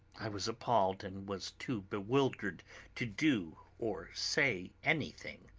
i was appalled and was too bewildered to do or say anything.